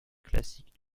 classiques